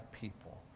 people